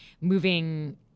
moving